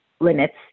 limits